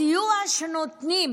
הסיוע שנותנים